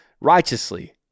righteously